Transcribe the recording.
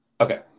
Okay